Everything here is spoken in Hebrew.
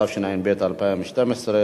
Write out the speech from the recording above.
התשע"ב 2012,